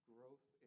Growth